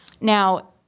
Now